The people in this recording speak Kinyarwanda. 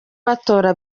batora